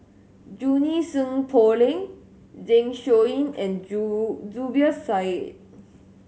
Junie Sng Poh Leng Zeng Shouyin and Zubir Said